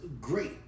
great